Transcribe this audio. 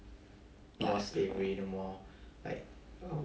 ya